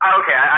okay